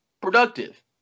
productive